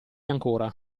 ancora